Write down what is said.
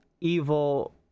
evil